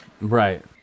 Right